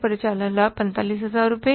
परिचालन लाभ 45000 रुपये है